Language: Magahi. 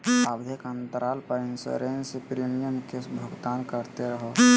आवधिक अंतराल पर इंसोरेंस प्रीमियम के भुगतान करते रहो